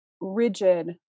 rigid